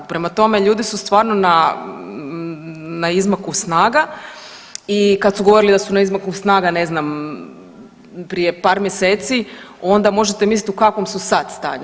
Prema tome, ljudi su stvarno na izmaku snaga i kad su govorili da su na izmaku snaga ne znam prije par mjeseci onda možete mislit u kakvom su sad stanju.